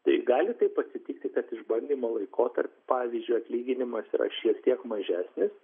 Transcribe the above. tai gali taip atsitikti kad išbandymo laikotarpiu pavyzdžiui atlyginimas yra šiek tiek mažesnis